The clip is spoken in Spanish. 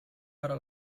para